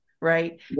right